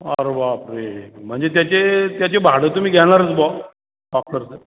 अरे बापरे म्हणजे त्याचे त्याचे भाडं तुम्ही घेणारच बुवा लॉकरचं